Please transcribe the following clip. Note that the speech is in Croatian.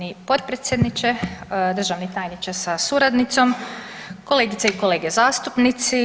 Poštovani potpredsjedniče, državni tajniče sa suradnicom, kolegice i kolege zastupnici.